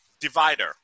divider